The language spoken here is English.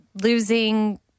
losing